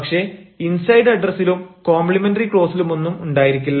പക്ഷേ ഇൻസൈഡ് അഡ്രസ്സിലും കോംപ്ലിമെന്ററി ക്ളോസിലുമൊന്നും ഉണ്ടായിരിക്കില്ല